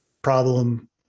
problem